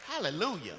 Hallelujah